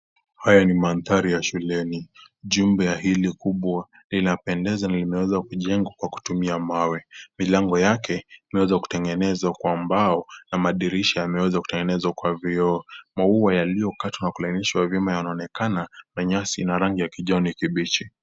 Haya ni mandhari ya shuleni , jumba hili kubwa linapendeza na limeweza kutengenezwa kwa kutumia mawe, milango yake imeweza kutengenezwa kwa mbao na madirisha yameweza kutengenezwa kwa vioo maua yaliyokatwa na kulainishwa nyema yanaonekana na nyasi ya rangi ya kijani kibichi.